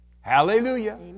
Hallelujah